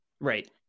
right